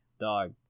dog